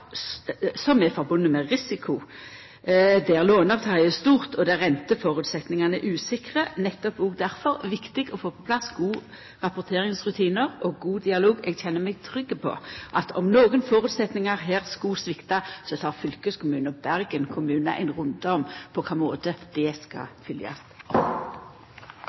som er forbundne med risiko, der låneopptaket er stort, og der renteføresetnadene er usikre. Det er nettopp òg difor viktig å få på plass gode rapporteringsrutinar og god dialog. Eg kjenner meg trygg på at om nokre føresetnader her skulle svikta, tek fylkeskommunen og Bergen kommune ein runde om på kva måte det skal